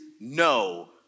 no